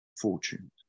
fortunes